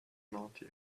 naughty